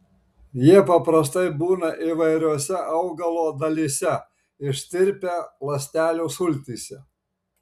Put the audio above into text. jie paprastai būna įvairiose augalo dalyse ištirpę ląstelių sultyse